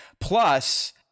Plus